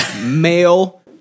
male